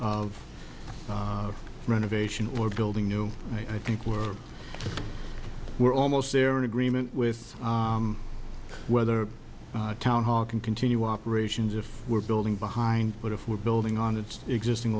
of renovation or building new i think we're we're almost there in agreement with whether town hall can continue operations if we're building behind but if we're building on its existing